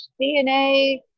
dna